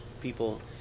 People